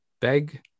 beg